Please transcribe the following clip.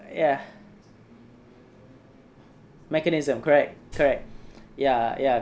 ya mechanism correct correct ya ya